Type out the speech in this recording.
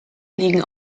liegen